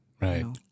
Right